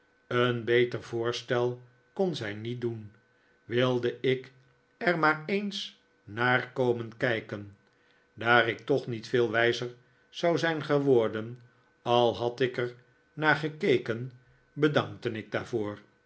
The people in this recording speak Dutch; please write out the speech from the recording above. een beter voorstel kon zij niet doen wilde ik er maar eens naar komen kijken daar ik toch niet veel wijzer zou zijn geworden al had ik er naar gekeken bedankte ik daarvoor